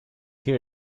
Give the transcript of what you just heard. here